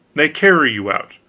they carry you out,